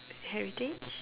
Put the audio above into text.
heritage